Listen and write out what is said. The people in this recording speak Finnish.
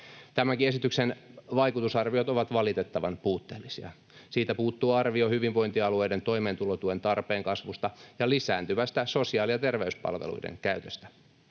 Tämänkin esityksen vaikutusarviot ovat valitettavan puutteellisia. Siitä puuttuu arvio hyvinvointialueiden toimeentulotuen tarpeen kasvusta ja lisääntyvästä sosiaali- ja terveyspalveluiden käytöstä.